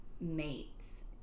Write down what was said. mates